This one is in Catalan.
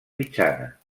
mitjana